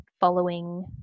following